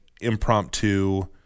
impromptu